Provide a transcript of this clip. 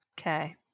Okay